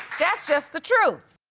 that's just the truth.